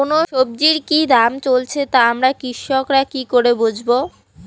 কোন সব্জির কি দাম চলছে তা আমরা কৃষক রা কি করে বুঝবো?